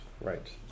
Right